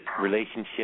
relationship